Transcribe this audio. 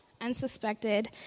unsuspected